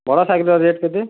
ବଡ଼ ସାଇକେଲ୍ ର ରେଟ୍ କେତେ